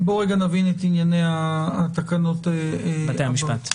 בוא נבין את ענייני תקנות בתי המשפט.